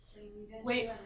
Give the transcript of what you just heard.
Wait